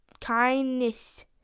Kindness